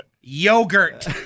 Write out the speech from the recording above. yogurt